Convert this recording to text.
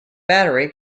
battery